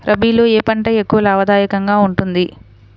రబీలో ఏ పంట ఎక్కువ లాభదాయకంగా ఉంటుంది?